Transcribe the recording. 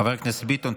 חבר הכנסת ביטון,